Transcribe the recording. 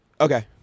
Okay